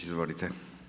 Izvolite.